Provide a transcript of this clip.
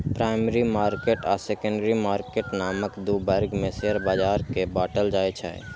primary market आ secondary market नामक दू वर्ग मे शेयर बाजार कें बांटल जाइ छै